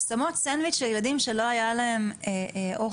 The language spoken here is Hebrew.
ושמות סנדוויץ' לילדים שלא היה להם אוכל.